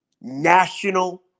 National